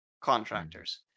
contractors